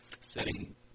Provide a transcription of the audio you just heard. setting